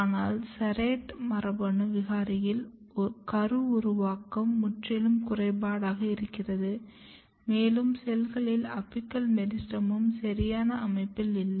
ஆனால் SERRATE மரபணு விகாரியில் கரு உருவாக்கம் முற்றிலும் குறைபாடாக இருக்கிறது மேலும் செல்களில் அபிக்கல் மெரிஸ்டெமும் சரியான அமைப்பில் இல்லை